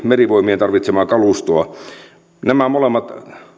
merivoimien tarvitsemaa kalustoa nämä molemmat